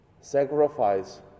Sacrifice